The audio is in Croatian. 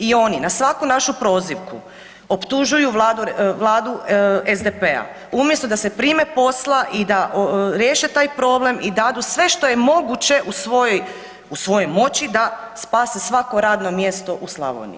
I oni na svaku našu prozivku optužuju vladu SDP-a umjesto da se prime posla i da riješe taj problem i dadu sve što je moguće u svojoj moći da spase svako radno mjesto u Slavoniji.